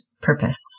purpose